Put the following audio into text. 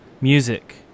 music